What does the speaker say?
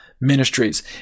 ministries